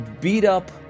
beat-up